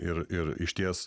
ir ir išties